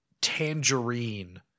tangerine